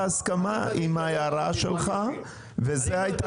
ההצעה הייתה